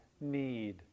need